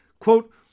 Quote